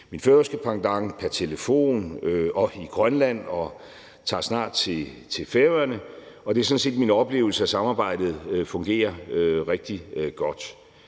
min færøske pendant pr. telefon og i Grønland, og jeg tager snart til Færøerne, og det er sådan set min oplevelse, at samarbejdet fungerer rigtig godt,